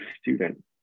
student